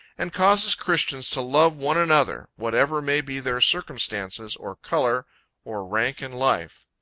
and causes christians to love one another, whatever may be their circumstances, or color or rank in life.